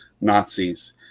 Nazis